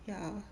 ya